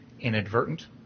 inadvertent